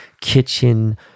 kitchen